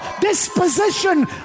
disposition